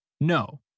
No